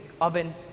oven